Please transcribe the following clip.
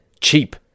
cheap